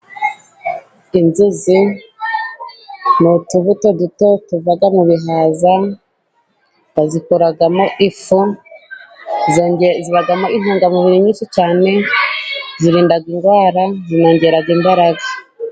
Inzuzi ni utubuto duto tuva mu bihaza bazikoramo, ifu zibamo, intungamubiri nyinshi cyane, zirinda indwara, zongera imbaraga.